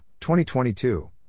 2022